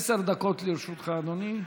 עשר דקות לרשותך, אדוני.